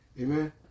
Amen